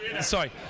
Sorry